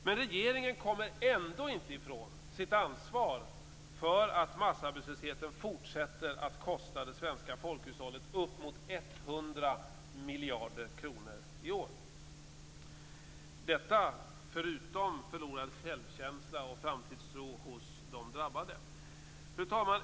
Men regeringen kommer ändå inte ifrån sitt ansvar för att massarbetslösheten kostar det svenska folkhushållet upp emot 100 miljarder kronor i år - förutom förlorad självkänsla och framtidstro hos de drabbade. Fru talman!